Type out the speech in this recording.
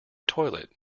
toilet